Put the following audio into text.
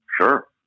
Sure